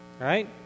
right